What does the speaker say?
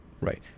Right